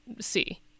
see